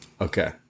Okay